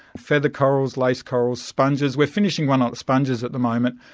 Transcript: feather corals, lace corals, sponges. we're finishing one on sponges at the moment,